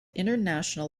international